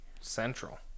Central